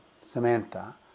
Samantha